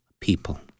people